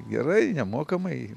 gerai nemokamai